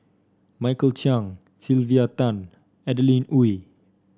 Michael Chiang Sylvia Tan Adeline Ooi